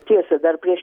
tiesa dar prieš